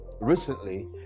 recently